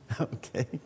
okay